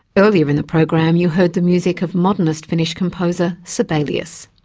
earlier in the program you heard the music of modernist finnish composer sibelius.